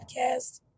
podcast